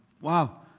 Wow